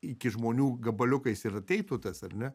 iki žmonių gabaliukais ir ateitų tas ar ne